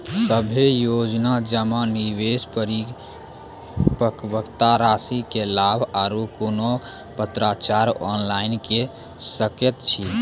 सभे योजना जमा, निवेश, परिपक्वता रासि के लाभ आर कुनू पत्राचार ऑनलाइन के सकैत छी?